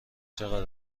چقدر